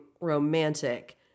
romantic